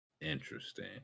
Interesting